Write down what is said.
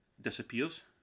disappears